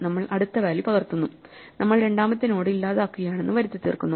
നമ്മൾ അടുത്ത വാല്യൂ പകർത്തുന്നു നമ്മൾ രണ്ടാമത്തെ നോഡ് ഇല്ലാതാക്കുകയാണെന്ന് വരുത്തി തീർക്കുന്നു